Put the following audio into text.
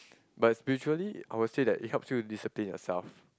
but is mutually I will say that it helps you to discipline yourself